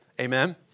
Amen